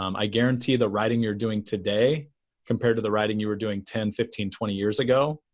um i guarantee the writing you're doing today compared to the writing you're doing ten, fifteen, twenty years ago,